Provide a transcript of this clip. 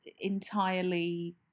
entirely